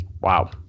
Wow